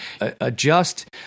adjust